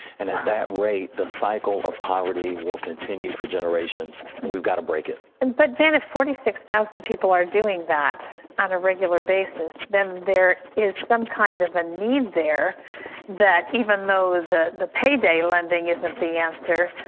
and at that rate, the cycle of poverty will continue for generations, and we've got to break it. and but terry if forty six thousand people are doing that on a regular basis, then there is some kind of a need there that even the the payday lending isn't the answer,